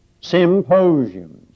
symposiums